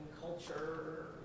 culture